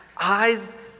eyes